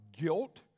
guilt